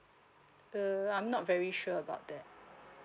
uh I'm not very sure about that